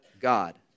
God